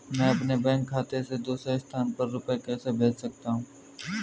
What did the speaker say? मैं अपने बैंक खाते से दूसरे स्थान पर रुपए कैसे भेज सकता हूँ?